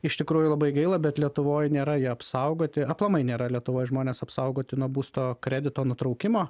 iš tikrųjų labai gaila bet lietuvoj nėra jie apsaugoti aplamai nėra lietuvoj žmonės apsaugoti nuo būsto kredito nutraukimo